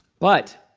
but